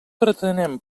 pretenem